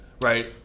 Right